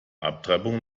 abtreibung